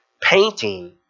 Painting